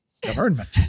Government